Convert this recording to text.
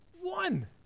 One